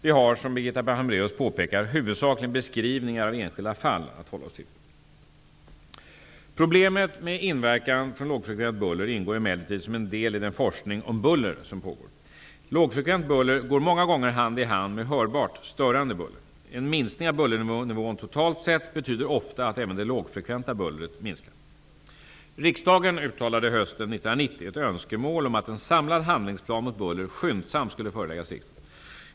Vi har som Birgitta Hambraeus påpekar huvudsakligen beskrivningar av enskilda fall att hålla oss till. Problemet med inverkan från lågfrekvent buller ingår emellertid som en del i den forskning om buller som pågår. Lågfrekvent buller går många gånger hand i hand med hörbart störande buller. En minskning av bullernivån totalt sett betyder ofta att även det lågfrekventa bullret minskar. Riksdagen uttalade hösten 1990 ett önskemål om att en samlad handlingsplan mot buller skyndsamt skulle föreläggas riksdagen.